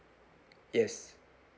yes